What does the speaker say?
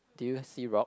do you see rock